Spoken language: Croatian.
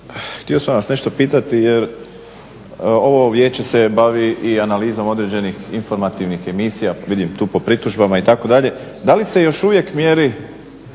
htio sam vas nešto pitati jer ovo Vijeće se bavi i analizom određenih informativnih emisija. Vidim tu po pritužbama itd. Da li se još uvijek mjeri